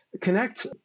connect